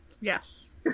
Yes